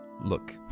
look